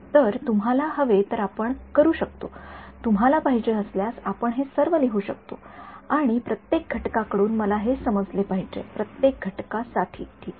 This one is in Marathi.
तर तुम्हाला हवे तर आपण करू शकतो तुम्हाला पाहिजे असल्यास आपण हे सर्व लिहू शकतो आणि प्रत्येक घटकांकडून मला हे समजले पाहिजे प्रत्येक घटका साठीठीक आहे